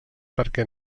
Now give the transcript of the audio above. perquè